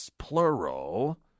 plural